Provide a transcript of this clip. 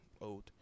old